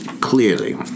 clearly